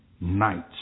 nights